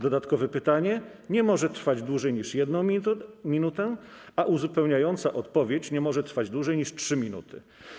Dodatkowe pytanie nie może trwać dłużej niż 1 minutę, a uzupełniająca odpowiedź nie może trwać dłużej niż 3 minuty.